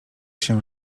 się